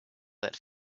that